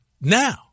now